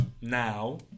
now